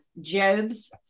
Job's